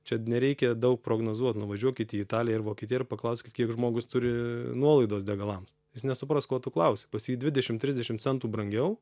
čia nereikia daug prognozuot nuvažiuokit į italiją ir vokietiją ir paklauskit kiek žmogus turi nuolaidos degalams jis nesupras ko tu klausi pas jį dvidešim trisdešim centų brangiau